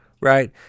right